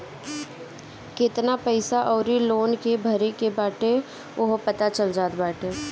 केतना पईसा अउरी लोन के भरे के बाटे उहो पता चल जात बाटे